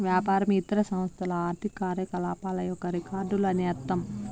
వ్యాపారం ఇతర సంస్థల ఆర్థిక కార్యకలాపాల యొక్క రికార్డులు అని అర్థం